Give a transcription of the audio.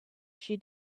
she